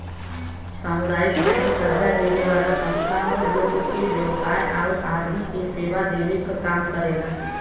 सामुदायिक बैंक कर्जा देवे वाला संस्था हौ लोग के व्यवसाय आउर आदमी के सेवा देवे क काम करेला